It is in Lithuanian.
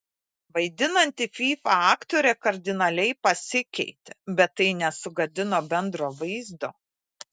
vaidinanti fyfą aktorė kardinaliai pasikeitė bet tai nesugadino bendro vaizdo